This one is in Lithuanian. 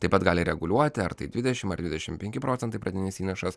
taip pat gali reguliuoti ar tai dvidešimt ar dvidešimt penki procentai pradinis įnašas